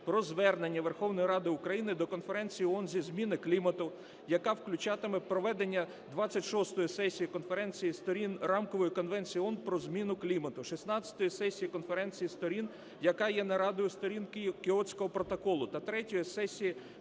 про звернення Верховної Ради України до Конференції ООН зі зміни клімату, яка включатиме проведення 26-ї сесії Конференції Сторін Рамкової конвенції ООН про зміну клімату, 16-ї сесії Конференції Сторін, яка є нарадою Сторін Кіотського протоколу, та 3-ї сесії